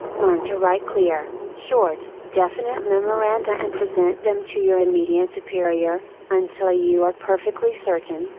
learn to write clear, short, definite memoranda and present them to your immediate superior, until you are perfectly certain,